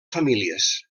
famílies